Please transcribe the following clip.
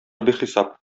бихисап